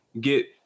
get